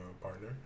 partner